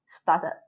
started